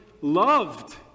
loved